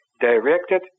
directed